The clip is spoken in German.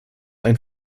ein